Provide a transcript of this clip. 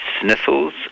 sniffles